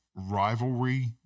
rivalry